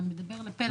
אתה מדבר על פלח אחד.